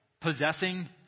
possessing